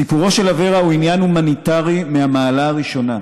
סיפורו של אברה הוא עניין הומניטרי מהמעלה הראשונה,